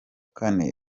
kane